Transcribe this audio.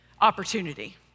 opportunity